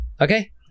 okay